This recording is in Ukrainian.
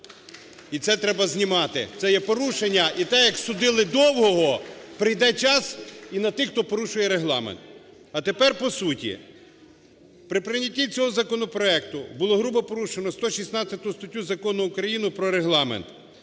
І це треба знімати. Це є порушення. І те, як судили Довгого… прийде час і на тих, хто порушує Регламент. А тепер по суті. При прийнятті цього законопроекту було грубо порушено 116 статтю Закону України "Про Регламент".